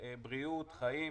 הבריאות, חיים,